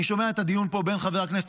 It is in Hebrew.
אני שומע את הדיון פה בין חבר הכנסת